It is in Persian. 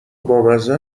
بامزه